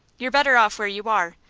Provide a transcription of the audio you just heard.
you're better off where you are,